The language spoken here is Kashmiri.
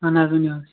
اَہَن حظ ؤنِو حظ